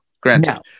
granted